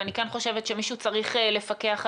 אני כן חושבת שמישהו צריך לפקח עליהם.